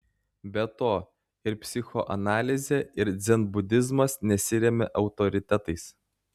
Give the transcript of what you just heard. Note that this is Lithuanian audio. be to ir psichoanalizė ir dzenbudizmas nesiremia autoritetais